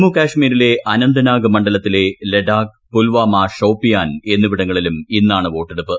ജമ്മുകാശ്മീരിലെ അനന്ത്നാഗ് മണ്ഡലത്തിലെ ലഡാക്ക് പുൽവാമ ഷോപ്പിയാൻ എന്നിവിടങ്ങളിലും ഇന്നാണ്വോട്ടെടുപ്പ്